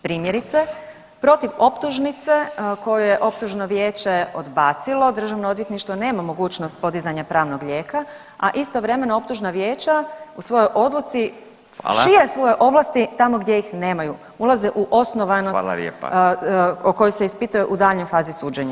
Primjerice protiv optužnice koju ju optužno vijeće odbacilo državno odvjetništvo nema mogućnost podizanja pravnog lijeka, a istovremeno optužna vijeća u svojoj odluci šire svoje ovlasti tamo gdje ih nemaju, ulaze u osnovanost o kojoj se ispituje u daljnjoj fazi suđenja.